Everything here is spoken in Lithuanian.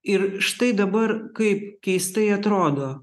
ir štai dabar kaip keistai atrodo